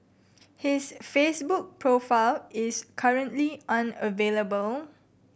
his Facebook profile is currently unavailable